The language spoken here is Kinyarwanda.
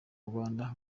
rwanda